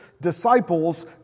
disciples